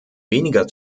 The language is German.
weniger